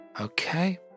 Okay